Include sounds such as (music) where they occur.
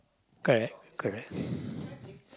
correct correct (breath)